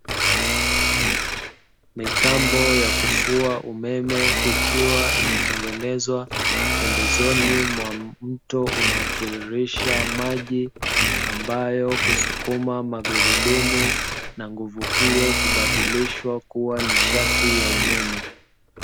Mitambo ya kufua umeme, ikiwa imetengenezwa pembezoni mwa mto unaotiririsha maji, ambayo husukuma magurudumu, na nguvu hiyo kubadilishwa kuwa nishati ya umeme.